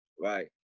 right